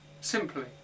Simply